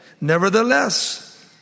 Nevertheless